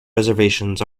reservations